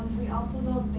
we also